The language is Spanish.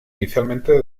inicialmente